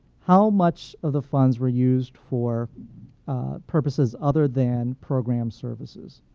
how much of the funds were used for purposes other than program services.